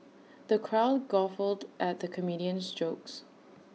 the crowd guffawed at the comedian's jokes